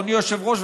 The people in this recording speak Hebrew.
אדוני היושב-ראש,